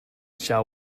shall